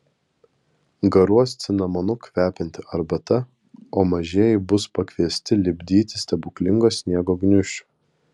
garuos cinamonu kvepianti arbata o mažieji bus pakviesti lipdyti stebuklingo sniego gniūžčių